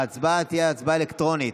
ההצבעה תהיה הצבעה אלקטרונית.